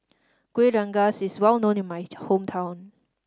Kueh Rengas is well known in my hometown